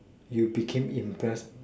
you became impressed